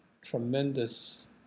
tremendous